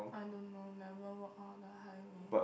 I don't know never walk out the highway